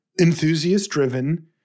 enthusiast-driven